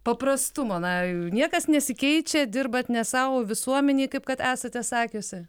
paprastumo na niekas nesikeičia dirbat ne sau o visuomenei kaip kad esate sakiusi